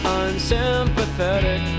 unsympathetic